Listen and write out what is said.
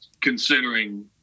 considering